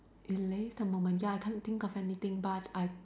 relive a moment ya I can't think of anything but I